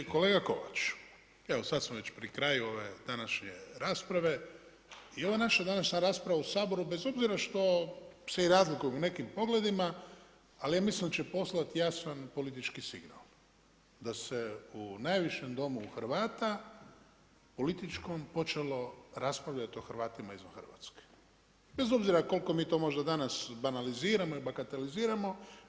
Kolega Kovač, evo sad smo već pri kraju ove današnje rasprave i ova naša današnja rasprava u Saboru bez obzira što se i razlikujemo u nekim pogledima, ali ja mislim da će poslati jasan politički signal, da se u najvišem Domu u Hrvata političkom počelo raspravljati o Hrvatima izvan Hrvatske bez obzira koliko mi to možda danas banaliziramo i bagateliziramo.